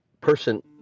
person